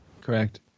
Correct